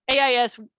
AIS